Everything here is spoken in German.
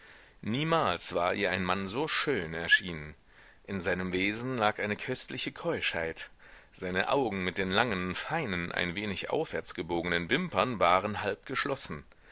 niemals war ihr ein mann so schön erschienen in seinem wesen lag eine köstliche keuschheit seine augen mit den langen feinen ein wenig aufwärtsgebogenen wimpern waren halb geschlossen